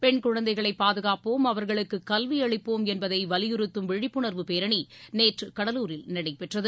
பெண் குழந்தைகளை பாதுகாப்போம் அவர்களுக்கு கல்வியளிப்போம் என்பதை வலியுறுத்தும் விழிப்புணர்வு பேரணி நேற்று கடலூரில் நடைபெற்றது